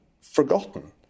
Forgotten